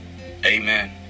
Amen